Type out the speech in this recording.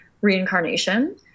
reincarnation